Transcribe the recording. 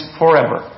forever